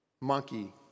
monkey